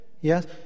Yes